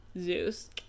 Zeus